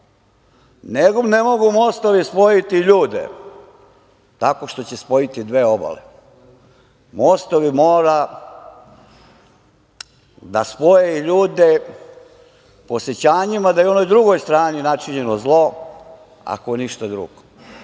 mogu mostovi spojiti ljude, tako što će spojiti dve obale. Mostovi moraju da spoje ljude osećanjima da je i onoj drugoj strani načinjeno zlo, ako ništa drugo,